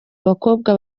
abakobwa